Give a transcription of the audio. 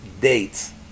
dates